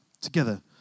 Together